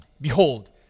Behold